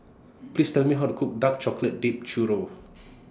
Please Tell Me How to Cook Dark Chocolate Dipped Churro